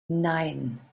nein